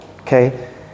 okay